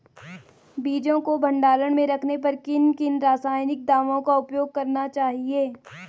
बीजों को भंडारण में रखने पर किन किन रासायनिक दावों का उपयोग करना चाहिए?